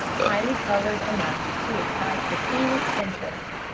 highly colored enough to excite the keenest interest.